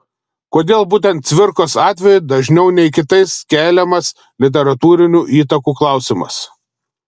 kodėl būtent cvirkos atveju dažniau nei kitais keliamas literatūrinių įtakų klausimas